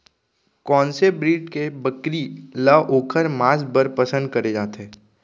कोन से ब्रीड के बकरी ला ओखर माँस बर पसंद करे जाथे?